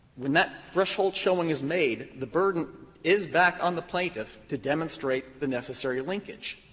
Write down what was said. when that threshold showing is made, the burden is back on the plaintiff to demonstrate the necessary linkage.